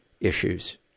issues